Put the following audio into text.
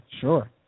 sure